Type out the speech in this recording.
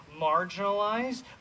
marginalized